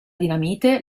dinamite